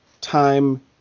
time